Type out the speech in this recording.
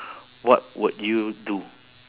what would you do